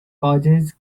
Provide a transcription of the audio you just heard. causes